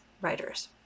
writers